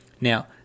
Now